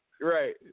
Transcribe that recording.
Right